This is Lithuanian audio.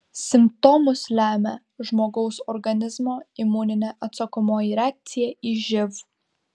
simptomus lemia žmogaus organizmo imuninė atsakomoji reakcija į živ